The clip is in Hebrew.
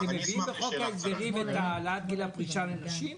אתם מביאים בחוק ההסדרים את העלאת גיל הפרישה לנשים?